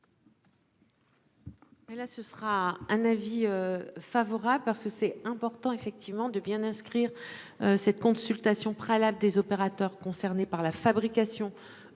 ce sera un avis favorable parce que c'est important effectivement de bien d'inscrire. Cette consultation préalable des opérateurs concernés par la fabrication